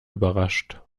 überrascht